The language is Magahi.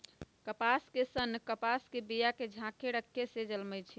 कपास के सन्न कपास के बिया के झाकेँ रक्खे से जलमइ छइ